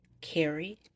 carry